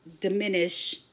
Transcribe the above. diminish